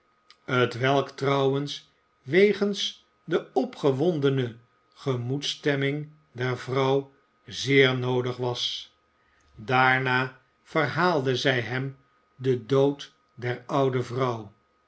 t welk trouwens wegens de opgewondene gemoedsstemming der vrouw zeer noodig was daarna verhaalde zij hem den dood der oude vrouw